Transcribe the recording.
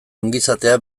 ongizatea